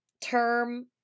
term